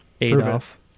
Adolf